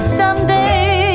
someday